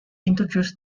introduced